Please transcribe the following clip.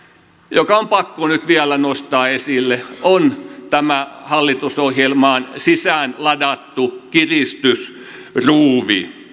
joka on pakko nyt vielä nostaa esille on tämä hallitusohjelmaan sisään ladattu kiristysruuvi